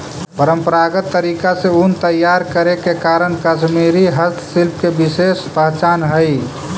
परम्परागत तरीका से ऊन तैयार करे के कारण कश्मीरी हस्तशिल्प के विशेष पहचान हइ